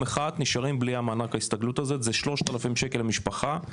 אחד בלי מענק ההסתגלות הזה שהוא בשווי 3,000 שקל למשפחה.